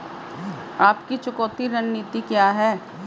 आपकी चुकौती रणनीति क्या है?